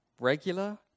regular